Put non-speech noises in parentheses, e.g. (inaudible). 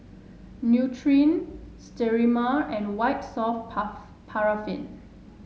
Nutren Sterimar and White Soft (unintelligible) Paraffin